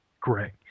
gray